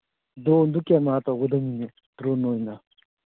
ꯗ꯭ꯔꯣꯟꯗꯣ camera ꯇꯧꯒꯗꯝꯅꯤꯅꯦ drone ꯑꯣꯏꯅ